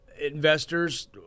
investors